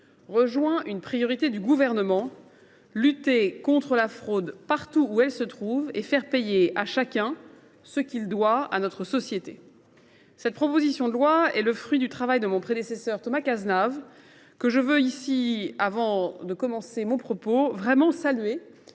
rejoint une priorité du Gouvernement : lutter contre la fraude partout où elle se trouve et faire payer à chacun ce qu’il doit à notre société. Cette proposition de loi est le fruit du travail de mon prédécesseur, Thomas Cazenave. Qu’il me soit donc permis, avant toute